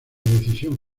decisión